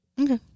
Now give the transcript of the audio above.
okay